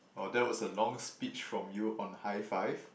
oh that was a long speech from you on hi five